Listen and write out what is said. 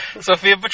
Sophia